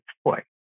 support